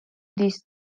this